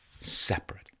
separate